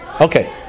Okay